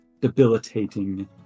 debilitating